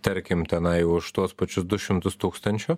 tarkim tenai už tuos pačius du šimtus tūkstančių